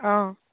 অঁ